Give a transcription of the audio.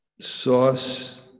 sauce